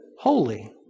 holy